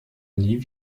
nie